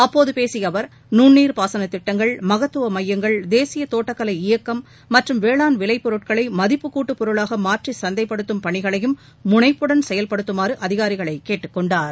அப்போது பேசிய அவர் நுண்ணீர் பாசனத் திட்டங்கள் மகத்துவ மையங்கள் தேசிய தோட்டக்கலை இயக்கம் மற்றும் வேளாண் விளைபொருட்களை மதிப்புக்கூட்டுப் பொருளாக மாற்றி சந்தைப்படுத்தும் பணிகளையும் முனைப்புடன் செயல்படுத்துமாறு அதிகாரிகளை கேட்டுக்கொண்டார்